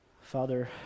Father